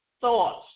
thoughts